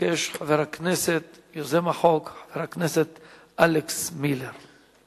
חוק חוזה סוכנות (סוכן מסחרי וספק),